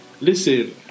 listen